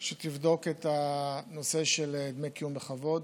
שתבדוק את הנושא של דמי קיום בכבוד.